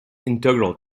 integral